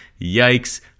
Yikes